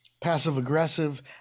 passive-aggressive